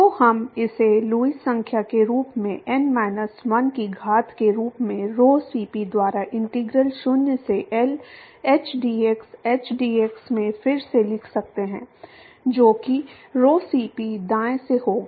तो हम इसे लुईस संख्या के रूप में n माइनस 1 की घात के रूप में rho Cp द्वारा इंटीग्रल 0 से L hdx hdx में फिर से लिख सकते हैं जो कि rho Cp दाएं से होगा